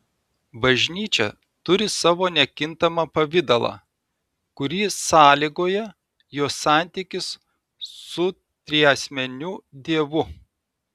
bažnyčia turi savo nekintamą pavidalą kurį sąlygoja jos santykis su triasmeniu dievu